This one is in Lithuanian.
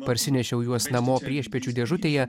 parsinešiau juos namo priešpiečių dėžutėje